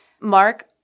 Mark